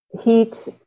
heat